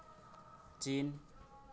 ᱪᱤᱱ